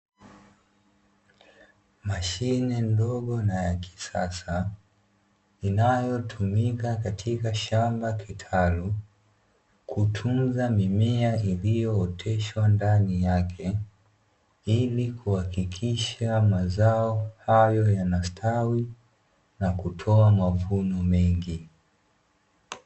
Mashine ndogo na ya kisasa inayotumika katika shamba kitalu kulinda